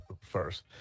first